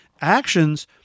actions